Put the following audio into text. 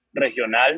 Regional